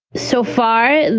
so far,